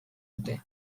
dute